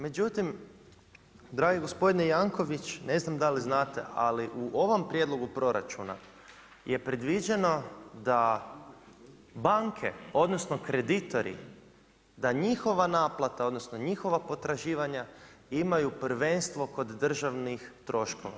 Međutim, dragi gospodine Janković ne znam da li znate, ali u ovom prijedlogu proračuna je predviđeno da banke odnosno kreditori da njihova naplata odnosno njihova potraživanja imaju prvenstvo kod državnih troškova.